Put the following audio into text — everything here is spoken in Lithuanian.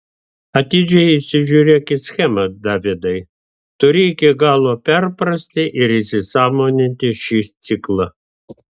atidžiai įsižiūrėk į schemą davidai turi iki galo perprasti ir įsisąmoninti šį ciklą